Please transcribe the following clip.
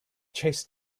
chased